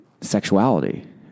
sexuality